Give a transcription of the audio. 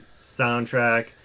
soundtrack